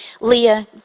Leah